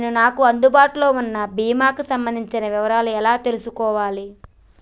నేను నాకు అందుబాటులో ఉన్న బీమా కి సంబంధించిన వివరాలు ఎలా తెలుసుకోవాలి?